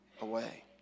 away